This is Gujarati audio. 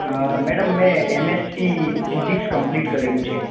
મેડમ મેં M S C physics complete કરેલું છે